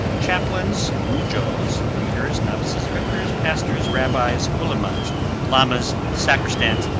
chaplains, mudjoes, readers, novices, vicars, pastors, rabbis, ulemas, lamas, sacristans,